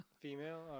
Female